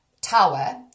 tower